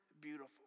beautiful